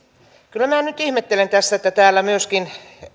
kyllä minä nyt ihmettelen tässä että täällä myöskin